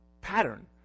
pattern